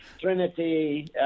Trinity